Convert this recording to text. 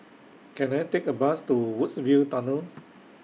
Can I Take A Bus to Woodsville Tunnel